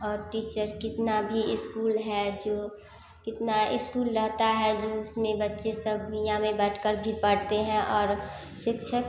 और टीचर कितना भी इस्कूल है जो कितना इस्कूल रहता है जो जिसमें बच्चे सब भुइयां में बैठ कर के पढ़ते हैं और शिक्षक